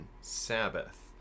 sabbath